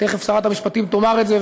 תכף שרת המשפטים תאמר את זה,